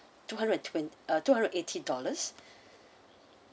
two hundred and twen~ two hundred eighty dollars